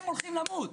הם הולכים למות,